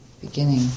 beginning